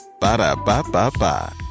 Ba-da-ba-ba-ba